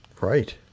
right